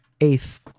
eighth